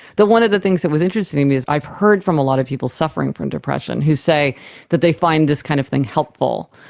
one of the things that was interesting was i've heard from a lot of people suffering from depression who say that they find this kind of thing helpful,